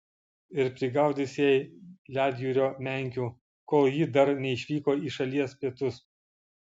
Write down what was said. ir prigaudys jai ledjūrio menkių kol ji dar neišvyko į šalies pietus